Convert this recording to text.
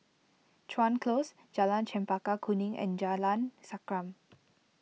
Chuan Close Jalan Chempaka Kuning and Jalan Sankam